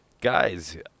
Guys